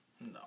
no